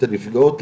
את הנפגעות,